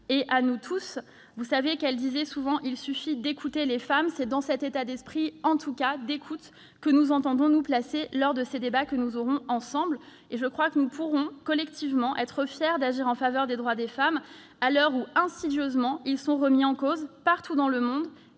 à nous, les femmes. Simone Veil disait souvent qu'il suffit d'écouter les femmes. C'est dans cet état d'esprit, à l'écoute, que nous entendons nous placer lors des débats que nous aurons ensemble. Je crois que nous pourrons alors collectivement être fiers d'agir en faveur des droits des femmes, à l'heure où, insidieusement, ils sont remis en cause, partout dans le monde,